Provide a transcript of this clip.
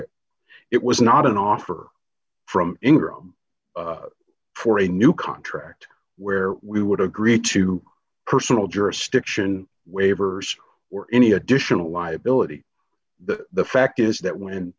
it it was not an offer from ingram for a new contract where we would agree to personal jurisdiction waivers or any additional liability that the fact is that when